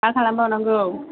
मा खालामबावनांगौ